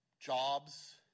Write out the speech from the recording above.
jobs